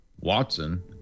Watson